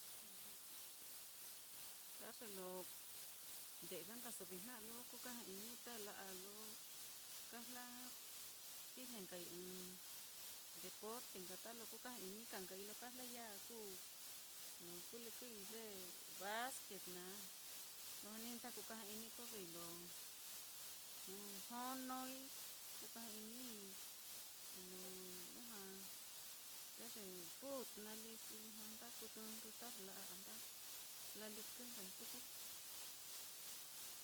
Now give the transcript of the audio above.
Ta ye lo nde'ya nkaso vijna á, lo kukaja-ini ta ye la'a á lo kajla kijle nkai ɨ́ɨ́n deporte nka ta lo kukaja-ini ka nkai lo kajlai ya á kuu kulɨkɨi ye basquet naá, lujua ní nda kukaja-ini koyoi lo jonoi, kukaja-inii lo lujua ta ye fut naá lí, xi lujua nda kuu tɨndɨ ta ye la'a á, nda lalɨkɨ nkai tuku.